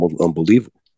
unbelievable